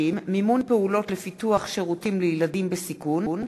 150) (מימון פעולות לפיתוח שירותים לילדים בסיכון),